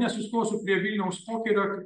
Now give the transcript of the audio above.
nesustosiu prie vilniaus pokerio